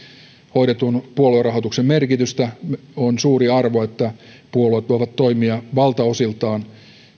hoidetun puoluerahoituksen merkitystä on suuri arvo että puolueet voivat toimia valtaosiltaan